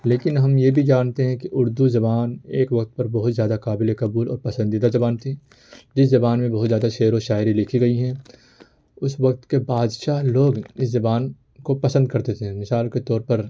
لیکن ہم یہ بھی جانتے ہیں کہ اردو زبان ایک وقت پر بہت زیادہ قابل قبول اور پسندیدہ زبان تھی جس زبان میں بہت زیادہ شعر و شاعری لکھی گئی ہیں اس وقت کے بادشاہ لوگ اس زبان کو پسند کرتے تھے مثال کے طور پر